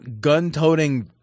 gun-toting